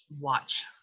watch